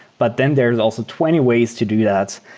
but then there's also twenty ways to do that.